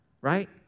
right